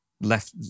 Left